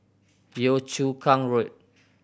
Yio Chu Kang Road